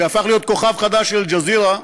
שהפך להיות כוכב חדש של "אל-ג'זירה",